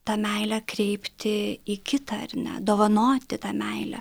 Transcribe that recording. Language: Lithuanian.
tą meilę kreipti į kitą ar ne dovanoti tą meilę